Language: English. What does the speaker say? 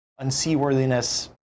Unseaworthiness